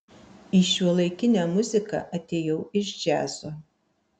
į šiuolaikinę muziką atėjau iš džiazo